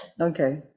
Okay